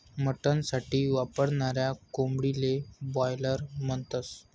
mutton साठी वापरनाऱ्या कोंबडीले बायलर म्हणतस